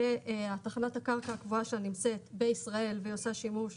שתחנת הקרקע הקבועה שלה נמצאת בישראל והיא עושה שימוש